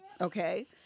okay